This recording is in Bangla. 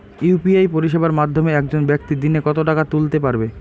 ইউ.পি.আই পরিষেবার মাধ্যমে একজন ব্যাক্তি দিনে কত টাকা তুলতে পারবে?